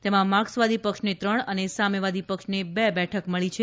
તેમાં માર્કસવાદી પક્ષને ત્રણ અને સામ્યવાદીપક્ષને બે બેઠક મળી છે